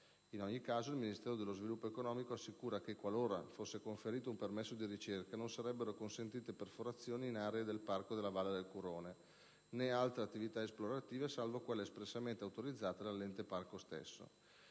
In ogni caso, il Ministero dello sviluppo economico assicura che, qualora fosse conferito un permesso di ricerca, non sarebbero consentite perforazioni in aree del parco della Valle del Curone, né altre attività esplorative, salvo quelle espressamente autorizzate dall'ente parco stesso.